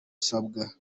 usabwa